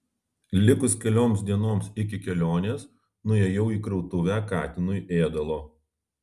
likus kelioms dienoms iki kelionės nuėjau į krautuvę katinui ėdalo